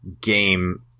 game